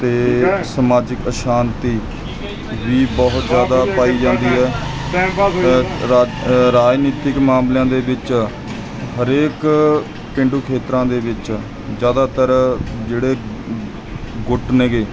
ਅਤੇ ਸਮਾਜਿਕ ਅਸ਼ਾਂਤੀ ਵੀ ਬਹੁਤ ਜ਼ਿਆਦਾ ਪਾਈ ਜਾਂਦੀ ਹੈ ਰਾਜਨੀਤਿਕ ਮਾਮਲਿਆਂ ਦੇ ਵਿੱਚ ਹਰੇਕ ਪੇਂਡੂ ਖੇਤਰਾਂ ਦੇ ਵਿੱਚ ਜ਼ਿਆਦਾਤਰ ਜਿਹੜੇ ਗੁੱਟ ਹੈਗੇ